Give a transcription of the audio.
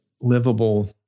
livable